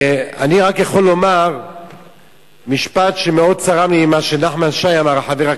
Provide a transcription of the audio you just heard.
אני רק יכול לומר משפט שמאוד צרם לי במה שחבר הכנסת